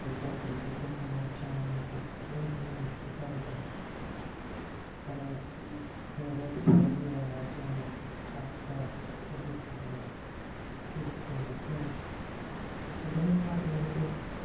जां परिंदे न जां पखरु ना जियां देसी भाशा च अस आखचै साढ़ै बेह्ड़ै च आइये जां आस पास जित्थे बी असेंगी दिक्खने गी लभदे न ते बडे़ प्यारे लगदे न